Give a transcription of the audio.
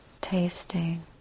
tasting